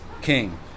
king